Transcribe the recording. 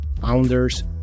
founders